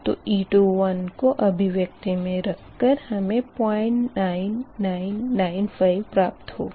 तो e21 को अभिव्यक्ति मे रख कर हमें 09995 प्राप्त होगा